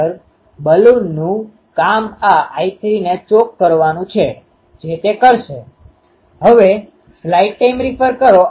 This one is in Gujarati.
ખરેખર બાલુનનું કામ આ I3 ને ચોક કરવાનું છેજે તે કરશે